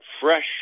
fresh